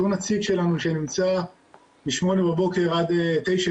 אותו נציג שלנו שנמצא מ-8:00 בבוקר עד 21:00,